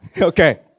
Okay